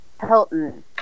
Hilton